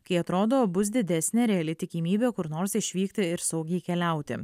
kai atrodo bus didesnė reali tikimybė kur nors išvykti ir saugiai keliauti